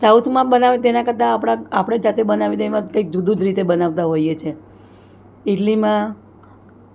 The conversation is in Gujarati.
સાઉથમાં બનાવે તેના કરતાં આપણા આપણે જાતે બનાવી તેમાં કંઈક જૂદું જ રીતે બનાવતા હોઈએ છે ઇડલીમાં